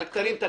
אני